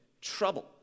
trouble